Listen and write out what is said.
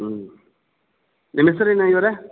ಹ್ಞೂ ನಿಮ್ಮ ಹೆಸ್ರೇನು ಇವರೇ